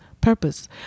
purpose